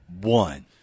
one